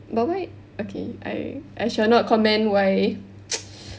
but why okay I I shall not comment why